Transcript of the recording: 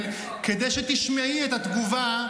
כדי שתשמעי את התגובה,